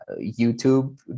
YouTube